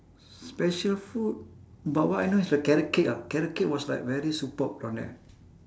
special food but what I know is the carrot cake ah carrot cake was like very superb down there